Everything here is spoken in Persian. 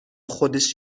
خودش